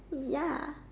ya